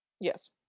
Yes